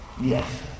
Yes